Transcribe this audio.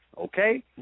Okay